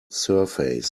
surface